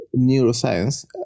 neuroscience